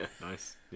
nice